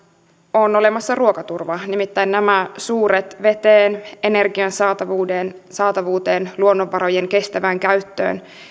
on olemassa ruokaturva nimittäin nämä suuret veteen energian saatavuuteen saatavuuteen luonnonvarojen kestävään käyttöön